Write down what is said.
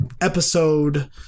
episode